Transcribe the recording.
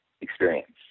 experience